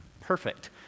perfect